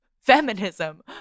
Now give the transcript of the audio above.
feminism